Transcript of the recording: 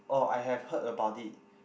oh I have heard about it